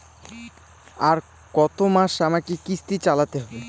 আর কতমাস আমাকে কিস্তি চালাতে হবে?